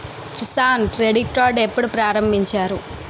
Kisan credit card ఎప్పుడు ప్రారంభించారు?